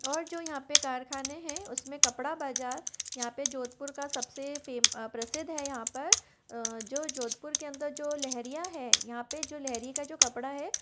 और जो यहाँ पर कारख़ाने हैं उस में कपड़ा बज़ार यहाँ पर जोधपुर का सब से फे प्रसिद्ध है यहाँ पर जो जोधपुर के अंदर जो लेहरिया है यहाँ पर जो लेहरिया का जो कपड़ा है